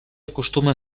acostuma